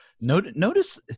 notice